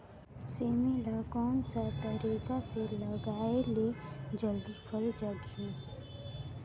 सेमी ला कोन सा तरीका से लगाय ले जल्दी फल लगही?